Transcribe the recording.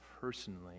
personally